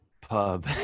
pub